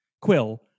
Quill